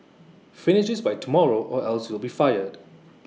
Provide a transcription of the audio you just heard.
finish this by tomorrow or else you'll be fired